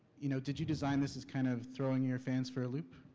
you know did you design this as kind of throwing your fans for a loop?